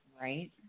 Right